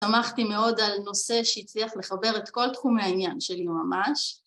‫שמחתי מאוד על נושא שהצליח ‫לחבר את כל תחומי העניין שלי ממש.